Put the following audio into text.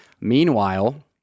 Meanwhile